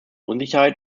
unsicherheit